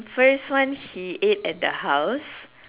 first one he ate at the house